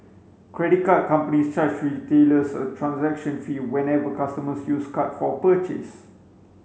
credit card companies charge retailers a transaction fee whenever customers use card for a purchase